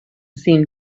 seemed